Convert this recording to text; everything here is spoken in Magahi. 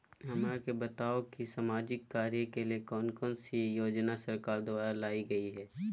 हमरा के बताओ कि सामाजिक कार्य के लिए कौन कौन सी योजना सरकार द्वारा लाई गई है?